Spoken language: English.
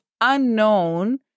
unknown